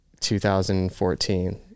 2014